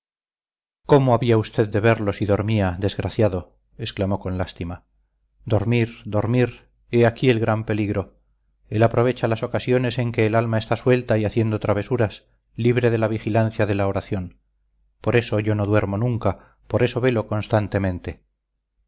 cómo había usted de verlo si dormía desgraciado exclamó con lástima dormir dormir he aquí el gran peligro él aprovecha las ocasiones en que el alma está suelta y haciendo travesuras libre de la vigilancia de la oración por eso yo no duermo nunca por eso velo constantemente